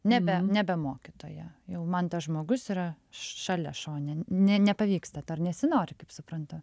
nebe nebe mokytoja jau man tas žmogus yra šalia šone ne nepavyksta to ir nesinori kaip suprantu